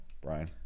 Brian